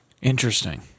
Interesting